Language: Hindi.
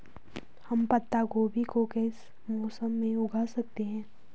हम पत्ता गोभी को किस मौसम में उगा सकते हैं?